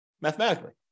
mathematically